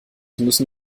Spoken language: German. müssen